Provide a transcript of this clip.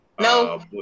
No